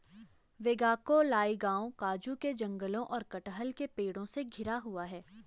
वेगाक्कोलाई गांव काजू के जंगलों और कटहल के पेड़ों से घिरा हुआ है